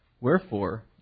Wherefore